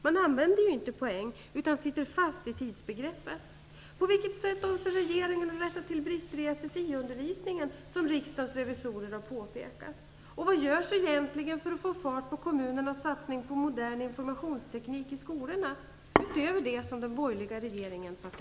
Man använder ju inte poäng, utan sitter fast i tidsbegreppet.